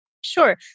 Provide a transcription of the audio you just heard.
Sure